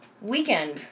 weekend